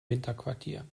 winterquartier